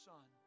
Son